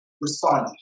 responded